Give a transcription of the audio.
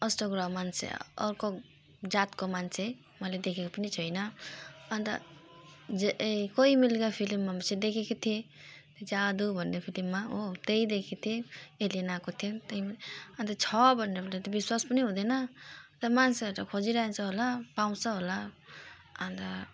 अष्ट ग्रह मन्छे अर्को जातको मान्छे मैले देखेको पनि छैन अनि त जे ए कोई मिल गया फिल्ममा चाहिँ देखेको थिएँ जादु भन्ने फिल्ममा हो त्यही देखेकी थिएँ एलियन आएको थियो त्यही अनि त छ भन्नु पनि त्यति विश्वास पनि हुँदैन र मान्छेहरू त खेजिराखेको छ होला पाउँछ होला अनि त